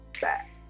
back